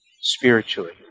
spiritually